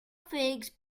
figs